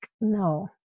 no